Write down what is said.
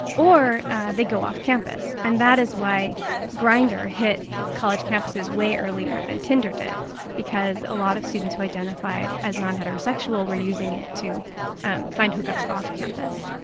or they go off campus and that is why grindr hit college campuses way earlier than tinder did because a lot of students who identified as non-heterosexual were using it to find hookups off campus